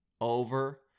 over